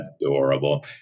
Adorable